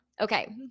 Okay